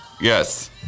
Yes